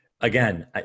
again